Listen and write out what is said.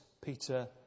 Peter